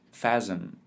Phasm